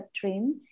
dream